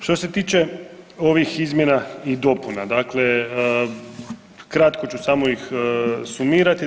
Što se tiče ovih izmjena i dopuna, dakle kratko ću samo sumirati ih.